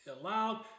allowed